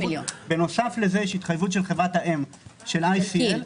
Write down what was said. בנוסף יש התחייבות של חברת האם, ICL,